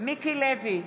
מיקי לוי,